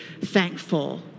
thankful